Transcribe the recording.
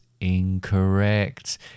incorrect